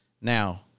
Now